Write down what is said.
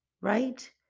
right